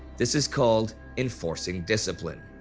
this is called enforcing discipline